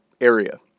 area